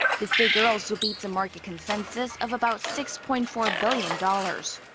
the figure also beats a market consensus of about six-point-four billion dollars.